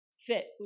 fit